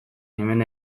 hemen